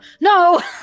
No